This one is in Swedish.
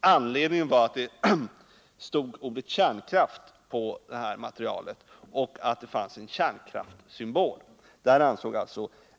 Anledningen var att ordet ”kärnkraft” fanns med i materialet och att där fanns en kärnkraftssymbol. Det ansåg